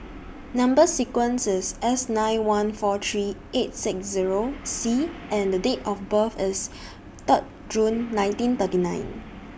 Number sequence IS S nine one four three eight six Zero C and Date of birth IS Third June nineteen thirty nine